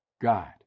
God